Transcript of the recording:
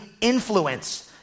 influence